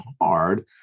hard